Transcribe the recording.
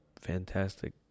fantastic